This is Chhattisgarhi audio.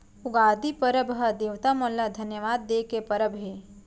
उगादी परब ह देवता मन ल धन्यवाद दे के परब हे